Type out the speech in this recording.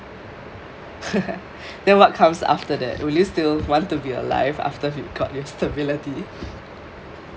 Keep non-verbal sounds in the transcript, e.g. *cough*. *laughs* then what comes after that would you still want to be alive after you got your stability